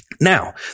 Now